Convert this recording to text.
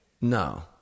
No